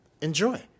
Enjoy